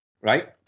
right